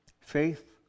Faith